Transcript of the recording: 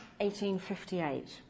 1858